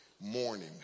morning